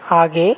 आगे